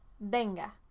venga